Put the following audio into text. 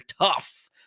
tough